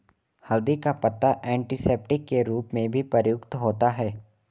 हल्दी का पत्ता एंटीसेप्टिक के रूप में भी प्रयुक्त होता है